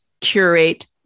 curate